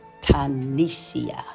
Tunisia